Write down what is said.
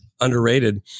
underrated